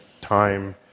time